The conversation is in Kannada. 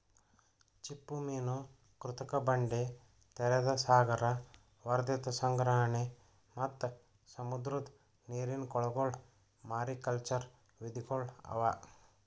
ಚಿಪ್ಪುಮೀನು, ಕೃತಕ ಬಂಡೆ, ತೆರೆದ ಸಾಗರ, ವರ್ಧಿತ ಸಂಗ್ರಹಣೆ ಮತ್ತ್ ಸಮುದ್ರದ ನೀರಿನ ಕೊಳಗೊಳ್ ಮಾರಿಕಲ್ಚರ್ ವಿಧಿಗೊಳ್ ಅವಾ